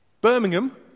Birmingham